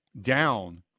down